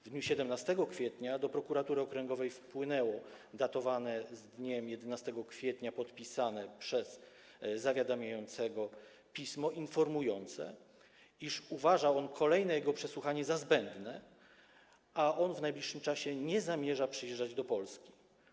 W dniu 17 kwietnia do prokuratury okręgowej wpłynęło pismo datowane na dzień 11 kwietnia i podpisane przez zawiadamiającego z informacją, iż uważa on kolejne jego przesłuchanie za zbędne, a on w najbliższym czasie nie zamierza przyjeżdżać do Polski.